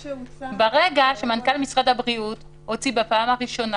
בצו שהוצא --- ברגע שמנכ"ל משרד הבריאות הוציא בפעם הראשונה